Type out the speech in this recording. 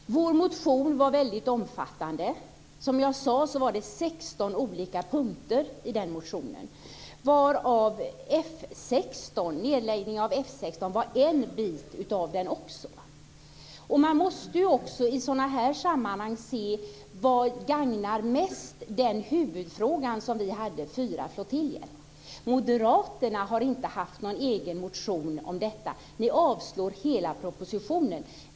Fru talman! Vår motion var väldig omfattande. Som jag sade var det 16 olika punkter i motionen varav nedläggningen av F 16 var en. Man måste också i sådana här sammanhang se vad som mest gagnar den huvudfråga man har. Vi hade huvudfrågan om fyra flottiljer. Moderaterna har inte haft någon egen motion om detta. Ni avslår hela propositionen.